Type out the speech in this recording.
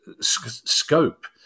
Scope